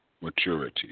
maturity